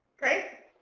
okay.